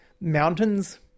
Mountains